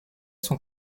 sont